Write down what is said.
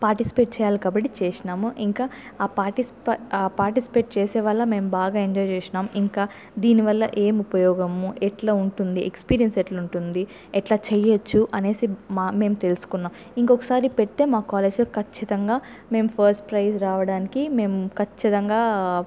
participate చేయాలి కాబట్టి చేసినాము ఇంకా ఆ పార్టిసిపే ఆ పార్టిసిపేట్ చేశె వల్ల మేము బాగా ఎంజాయ్ చేసినాం దీనివల్ల ఏమి ఉపయోగము ఎట్ల వుంటుంది ఎక్స్పీరియన్స్ ఎట్ల వుంటుంది ఎట్ల చేయచ్చు అనేసి మా మేము తెలుసుకున్నాం ఇంకొకసారి పెడ్తే మా కాలేజీలో ఖచ్చితంగా మేము ఫస్ట్ ప్రైజ్ రావడానికి మేము ఖచ్చితంగా